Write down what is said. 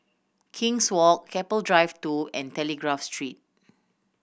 King's Walk Keppel Drive Two and Telegraph Street